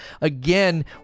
again